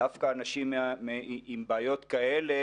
דווקא אנשים עם בעיות כאלה,